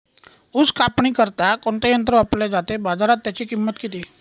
ऊस कापणीकरिता कोणते यंत्र वापरले जाते? बाजारात त्याची किंमत किती?